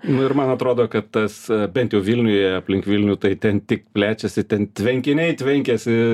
nu ir man atrodo kad tas bent jau vilniuje aplink vilnių tai ten tik plečiasi ten tvenkiniai tvenkiasi